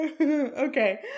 Okay